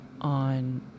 on